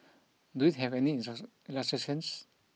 does it have any illustrations